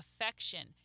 affection